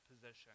position